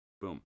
boom